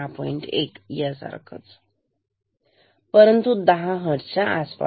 1 यासारखाच परंतु 10 हर्ट्स च्या आसपास